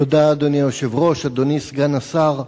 אדוני היושב-ראש, תודה, אדוני סגן השר,